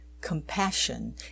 compassion